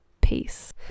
peace